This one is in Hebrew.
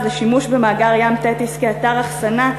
לשימוש במאגר "ים תטיס" כאתר אחסנה,